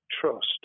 trust